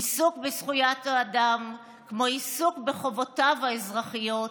עיסוק בזכויות האדם, כמו עיסוק בחובותיו האזרחיות,